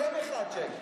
שם אחד תן.